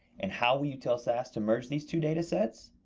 and how will you tell sas to merge these two data sets?